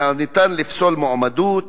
ניתן לפסול מועמדות